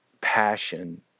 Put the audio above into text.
passion